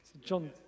John